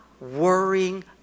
worrying